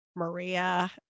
Maria